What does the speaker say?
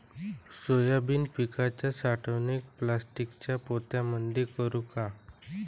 Soybean पिकाची साठवणूक प्लास्टिकच्या पोत्यामंदी करू का?